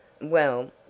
well